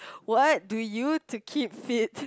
what do you to keep fit